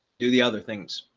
do the other things.